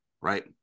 right